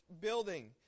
building